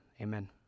Amen